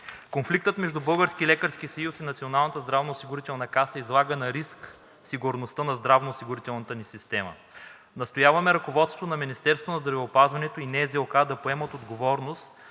Конфликтът между Българския лекарски съюз и НЗОК излага на риск сигурността на здравноосигурителната ни система. Настояваме ръководството на Министерството на здравеопазването и НЗОК да поемат отговорност